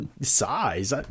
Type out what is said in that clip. Size